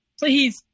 Please